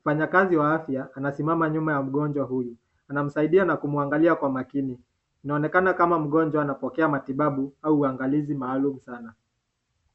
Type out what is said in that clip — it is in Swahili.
Mfanyakazi wa afya anasimama nyuma ya mgonjwa huyu. Anamsaidia na kumwangalia kwa makini. Inaonekana kama mgonjwa anapokea matibabu au uangalizi maalum sana.